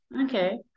Okay